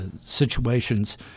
situations